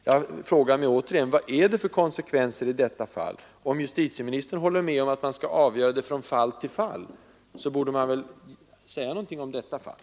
Jag frågar igen: Vad är det för konsekvenser som avses i svaret? Om justitieministern håller med om att man skall avgöra frågan från fall till fall, borde han väl kunna säga något om detta fall.